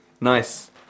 Nice